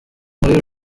muri